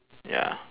ya